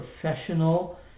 professional